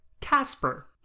Casper